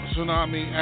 Tsunami